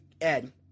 Ed